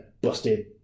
busted